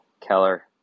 Keller